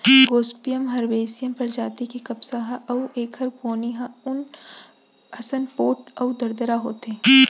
Gossypium herbaceum परजाति के कपसा ह अउ एखर पोनी ह ऊन असन पोठ अउ दरदरा होथे